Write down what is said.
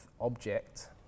object